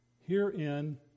Herein